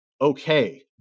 okay